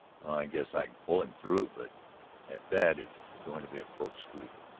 i guess i can pull him through, but at that it's going to be a close squeak.